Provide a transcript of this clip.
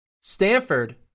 Stanford